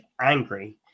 angry